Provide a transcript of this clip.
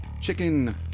chicken